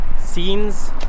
scenes